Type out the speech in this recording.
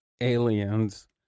Aliens